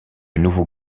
nouveau